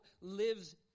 lives